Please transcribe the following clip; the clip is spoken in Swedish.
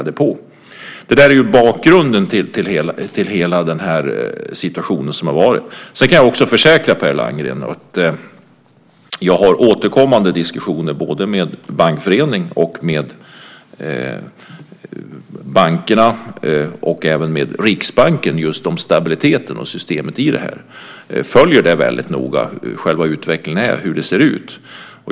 Detta är bakgrunden till hela den situation som har varit. Sedan kan jag försäkra Per Landgren att jag har återkommande diskussioner med både Bankföreningen och bankerna, även Riksbanken, om just stabiliteten i systemet. Jag följer väldigt noga hur utvecklingen ser ut.